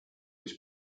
its